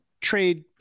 Trade